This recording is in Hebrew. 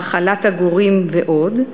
האכלת הגורים ועוד,